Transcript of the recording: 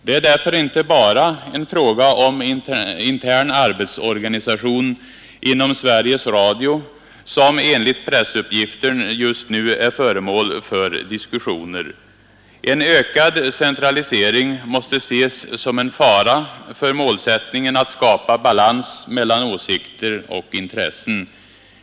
Det är därför inte bara en fråga om intern arbetsorganisation inom Sveriges Radio som enligt pressuppgifter just nu är föremål för diskussioner. En ökad centralisering måste ses som en fara för målsättningen att skapa ”balans mellan åsikter och intressen”.